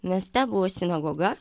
mieste buvo sinagoga